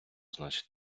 значить